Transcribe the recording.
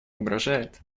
угрожает